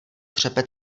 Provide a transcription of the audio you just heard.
třepe